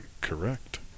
Correct